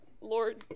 lord